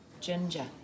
Ginger